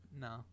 No